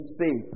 say